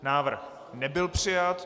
Návrh nebyl přijat.